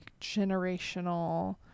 generational